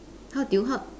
how do you how